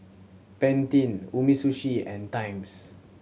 Pantene Umisushi and Times